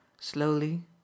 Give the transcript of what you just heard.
Slowly